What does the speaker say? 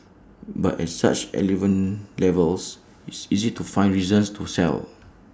but as such elevated levels it's easy to find reasons to sell